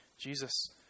Jesus